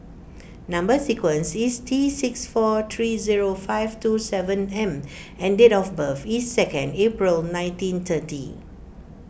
Number Sequence is T six four three zero five two seven M and date of birth is second April nineteen thirty